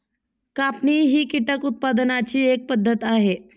कापणी ही कीटक उत्पादनाची एक पद्धत आहे